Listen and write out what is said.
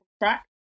track